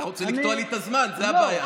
אתה רוצה לקטוע לי את הזמן, זו הבעיה.